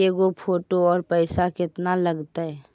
के गो फोटो औ पैसा केतना लगतै?